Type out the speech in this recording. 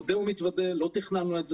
מודה ומתוודה, לא תכננו את זה,